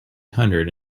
hundred